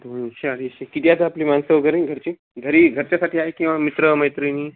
दोनशे ऐंशी किती आं आपली माणसं वगैरे घरची घरी घरच्यासाठी आहे किंवा मित्रमैत्रिणी